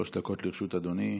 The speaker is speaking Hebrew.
שלוש דקות לרשות אדוני,